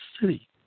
city